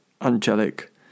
angelic